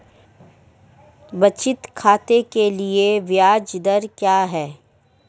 बचत खाते के लिए ब्याज दर क्या है?